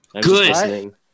Good